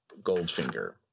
goldfinger